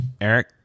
Eric